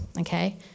Okay